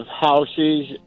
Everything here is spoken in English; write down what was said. houses